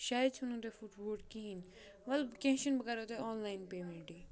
شاید چھُو نہٕ تۄہہِ فُٹووٹ کِہیٖنۍ وَلہٕ کینٛہہ چھِنہٕ بہٕ کَرو تۄہہِ آن لاین پیمٮ۪نٛٹٕے